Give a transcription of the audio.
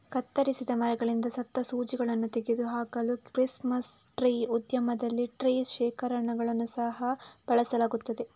ಕತ್ತರಿಸಿದ ಮರಗಳಿಂದ ಸತ್ತ ಸೂಜಿಗಳನ್ನು ತೆಗೆದು ಹಾಕಲು ಕ್ರಿಸ್ಮಸ್ ಟ್ರೀ ಉದ್ಯಮದಲ್ಲಿ ಟ್ರೀ ಶೇಕರುಗಳನ್ನು ಸಹ ಬಳಸಲಾಗುತ್ತದೆ